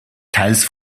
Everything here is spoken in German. teils